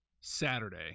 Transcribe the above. Saturday